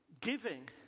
giving